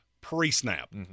pre-snap